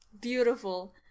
beautiful